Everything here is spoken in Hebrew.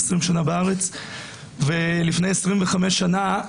לפני 25 שנה,